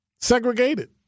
Segregated